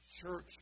church